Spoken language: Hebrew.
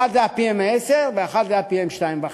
אחד זה ה-PM10 ואחד זה ה-PM2.5,